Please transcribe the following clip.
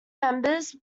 members